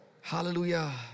Hallelujah